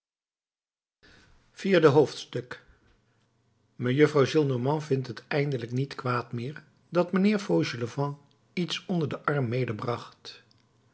vierde hoofdstuk mejuffrouw gillenormand vindt het eindelijk niet kwaad meer dat mijnheer fauchelevent iets onder den arm